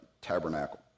tabernacle